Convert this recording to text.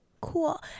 cool